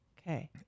okay